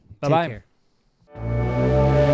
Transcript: Bye-bye